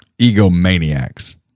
egomaniacs